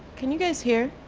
can you guys hear?